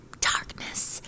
darkness